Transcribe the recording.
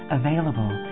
available